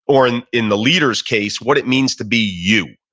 or in in the leader's case, what it means to be you.